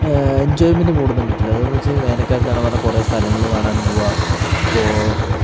enjoyment മൂടോന്നും കിട്ടില്ല അതേപോലെ വേനൽക്കാലത്താണെന്ന് പറഞ്ഞാൽ കുറെ സ്ഥലം കാണാം പോവാം ഇപ്പോൾ